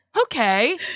okay